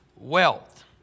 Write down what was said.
Wealth